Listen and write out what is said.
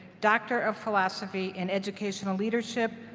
doctor of philosophy in educational leadership,